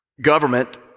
Government